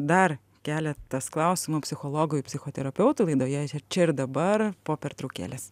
dar keletas klausimų psichologui psichoterapeutui laidoje čia ir dabar po pertraukėlės